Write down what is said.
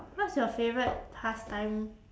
what's your favourite pastime